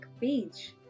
page